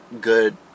good